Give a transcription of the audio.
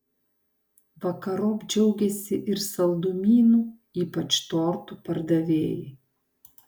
vakarop džiaugėsi ir saldumynų ypač tortų pardavėjai